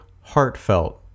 heartfelt